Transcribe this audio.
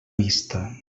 vista